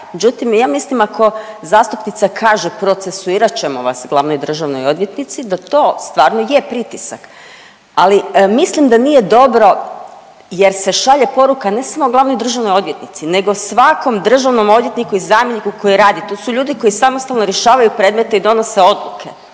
Međutim ja mislim ako zastupnica kaže procesuirat ćemo vas glavnoj državnoj odvjetnici da to stvarno je pritisak, ali mislim da nije dobro jer se šalje poruka ne samo glavnoj državnoj odvjetnici nego svakom državnom odvjetniku i zamjeniku koji radi. To su ljudi koji samostalno rješavaju predmete i donose odluke